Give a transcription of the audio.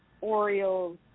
Orioles